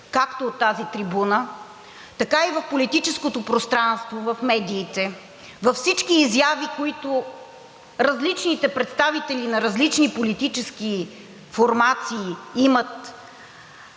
както от тази трибуна, така и в политическото пространство, в медиите, във всички изяви, които различните представители на различни политически формации имат,